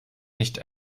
nicht